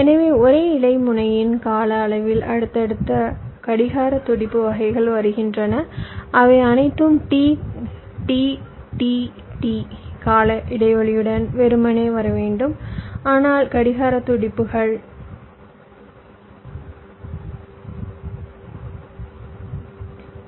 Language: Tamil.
எனவே ஒரே இலை முனையின் கால அளவில் அடுத்தடுத்த கடிகார துடிப்பு வகைகள் வருகின்றன அவை அனைத்தும் T T T T கால இடைவெளியுடன் வெறுமனே வர வேண்டும் ஆனால் கடிகார துடிப்புகளில் மற்றும் கடிகாரத்தில் தாமத மாறுபாடு உள்ளது இது நடுக்கம் என்று அழைக்கப்படுகிறது